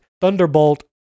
Thunderbolt